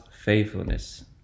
faithfulness